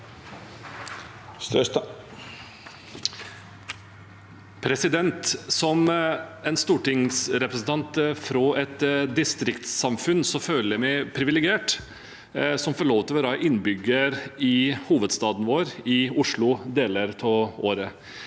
Som stortingsrepre- sentant fra et distriktssamfunn føler jeg meg privilegert som får lov til å være innbygger i hovedstaden vår, Oslo, i deler av året.